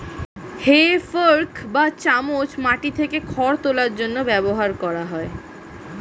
হে fork বা চামচ মাটি থেকে খড় তোলার জন্য ব্যবহার করা হয়